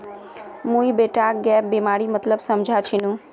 मुई बेटाक गैप बीमार मतलब समझा छिनु